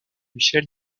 michel